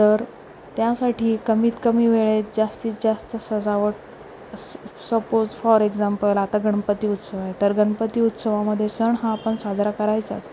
तर त्यासाठी कमीतकमी वेळेत जास्तीत जास्त सजावट सपोज फॉर एक्झाम्पल आता गणपती उत्सव आहे तर गणपती उत्सवामध्ये सण हा आपण साजरा करायचा असतो